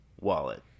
wallet